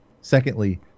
secondly